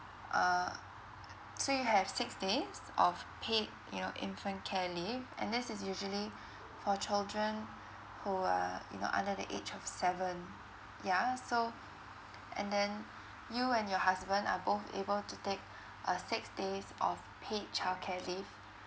uh so you have six days of paid you know infant care leave and this is usually for children who are you know under the age of seven yeah so and then you and your husband are both able to take uh six days of paid childcare leave